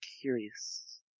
curious